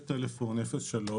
יש טלפון שמספרו